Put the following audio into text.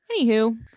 Anywho